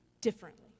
differently